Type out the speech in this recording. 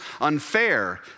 unfair